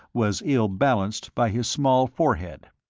was ill-balanced by his small forehead.